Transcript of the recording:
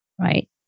right